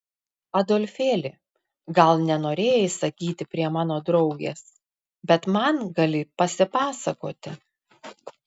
adolfėli gal nenorėjai sakyti prie mano draugės bet man gali pasipasakoti